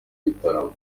gitaramo